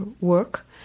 work